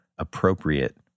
appropriate